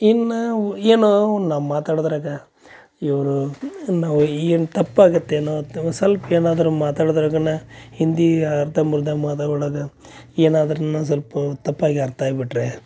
ಇನ್ನು ಏನೋ ನಾವು ಮಾತಾಡ್ದ್ರಾಗ ಇವರು ನಾವು ಏನು ತಪ್ಪಾಗುತ್ತೆ ಅನ್ನುವಂಥ ಒಂದು ಸಲ್ಪ ಏನಾದರೂ ಮಾತಾಡ್ದ್ರಗನ ಹಿಂದಿ ಅರ್ಧಂಬರ್ಧ ಮಾತು ಒಳಗೆ ಏನಾದ್ರೂನು ಸಲ್ಪ ತಪ್ಪಾಗಿ ಅರ್ಥ ಆಗಿಬಿಟ್ರೆ